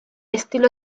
estilo